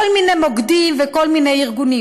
כל מיני מוקדים וכל מיני ארגונים.